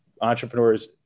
entrepreneurs